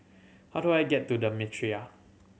how do I get to The Mitraa